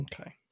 Okay